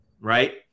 right